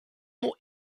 more